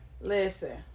listen